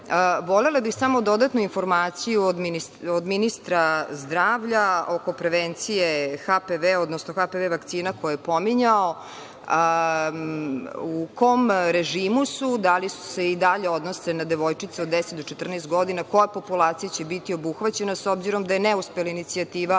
bih samo dodatnu informaciju od ministra zdravlja oko prevencije HPV, odnosno HPV vakcina koje je pominjao. U kom režimu su, da li se i dalje odnose na devojčice od 10 do 14 godina, koja populacija će biti obuhvaćena, s obzirom da je neuspela inicijativa,